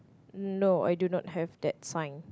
no I do not have that sign